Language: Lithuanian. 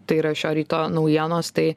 tai yra šio ryto naujienos tai